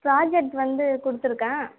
project வந்து கொடுத்துருக்கேன்